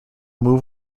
move